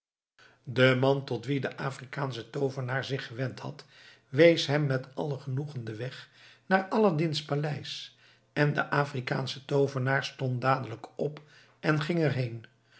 de man tot wien de afrikaansche toovenaar zich gewend had wees hem met alle genoegen den weg naar aladdin's paleis en de afrikaansche toovenaar stond dadelijk op en ging erheen